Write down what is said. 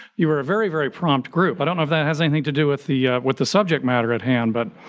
you were a very, very prompt group. i but don't know if that has anything to do with the with the subject matter at hand but.